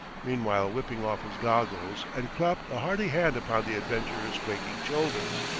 meanwhile whipping off his goggles and clapped a hearty hand upon the adventurer's quaking shoulders.